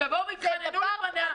שיבואו ויתחננו לפניה לפתוח את הרשימה.